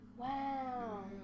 Wow